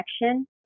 connection